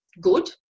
good